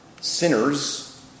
Sinners